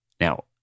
Now